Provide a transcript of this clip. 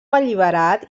alliberat